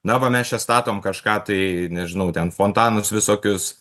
na va mes čia statom kažką tai nežinau ten fontanus visokius